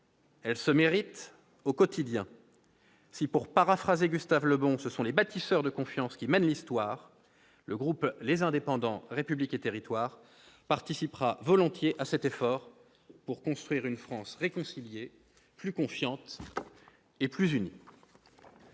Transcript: elle se mérite au quotidien. Si, pour paraphraser Gustave Le Bon, ce sont les bâtisseurs de confiance qui mènent l'histoire, le groupe Les Indépendants - République et Territoires participera volontiers à cet effort pour construire une France réconciliée, plus confiante et plus unie.